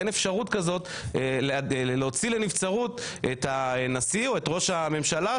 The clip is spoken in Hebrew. אין אפשרות כזאת להוציא לנבצרות את הנשיא או את ראש הממשלה,